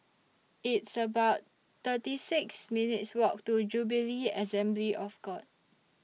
It's about thirty six minutes' Walk to Jubilee Assembly of God